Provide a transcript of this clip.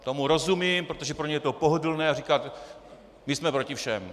Tomu rozumím, protože pro ně je pohodlné říkat my jsme proti všem.